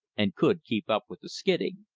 and could keep up with the skidding.